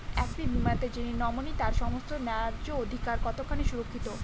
একটি বীমাতে যিনি নমিনি তার সমস্ত ন্যায্য অধিকার কতখানি সুরক্ষিত?